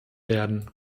werden